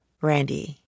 Randy